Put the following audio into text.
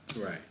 Right